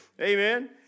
Amen